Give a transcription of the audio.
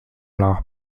leurs